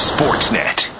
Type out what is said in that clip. Sportsnet